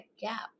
gap